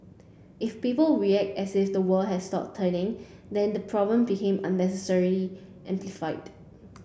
if people react as if the world has stopped turning then the problem become unnecessarily amplified